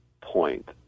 point